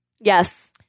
yes